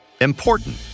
Important